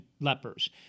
lepers